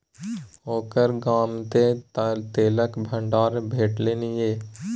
ओकर गाममे तँ तेलक भंडार भेटलनि ये